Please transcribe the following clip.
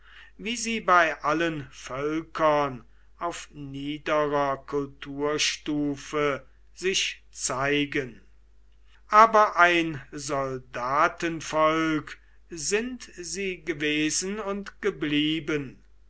wie sie bei allen völkern auf niederer kulturstufe sich zeigen aber ein soldatenvolk sind sie gewesen und geblieben